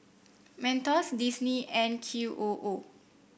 Mentos Disney and Q O O